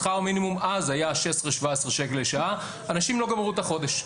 שכר המינימום אז היה 17-16 שקל לשעה ואנשים לא גמרו את החודש.